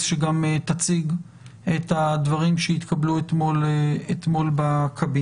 שגם תציג את הדברים שהתקבלו אתמול בקבינט.